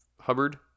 Hubbard